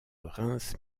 reims